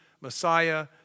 Messiah